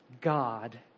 God